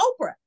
Oprah